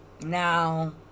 Now